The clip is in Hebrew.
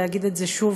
להגיד את זה שוב,